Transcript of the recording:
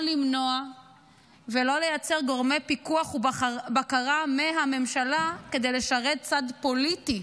לא למנוע ולא לייצר גורמי פיקוח ובקרה מהממשלה כדי לשרת צד פוליטי.